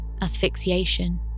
asphyxiation